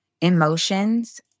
emotions